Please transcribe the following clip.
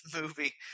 movie